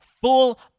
Full